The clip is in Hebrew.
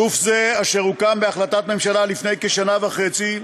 גוף זה, אשר הוקם בהחלטת ממשלה לפני כשנה וחצי,